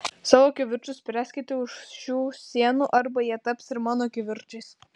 savo kivirčus spręskite už šių sienų arba jie taps ir mano kivirčais